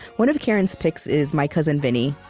one of karen's picks is my cousin vinny,